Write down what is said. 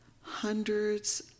hundreds